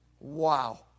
Wow